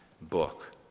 book